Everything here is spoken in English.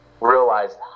realized